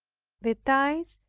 the ties,